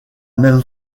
même